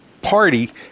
party